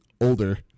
older